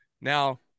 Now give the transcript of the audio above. Now